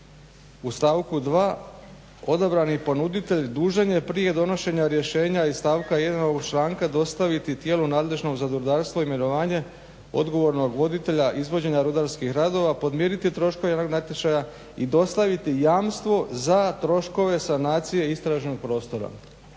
U stavku 2.: odabrani ponuditelj dužan je prije donošenja rješenja iz stavka 1. ovog članka dostaviti tijelu nadležnom za rudarstvo imenovanje odgovornog voditelja izvođenja rudarskih radova, podmiriti troškove javnog natječaja i dostaviti jamstvo za troškove sanacije istražnog prostora.